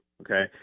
Okay